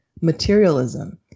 materialism